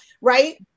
Right